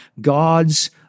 God's